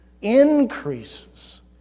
increases